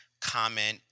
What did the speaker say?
Comment